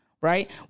right